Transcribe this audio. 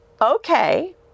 okay